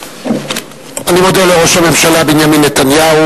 אני מודה לראש הממשלה בנימין נתניהו.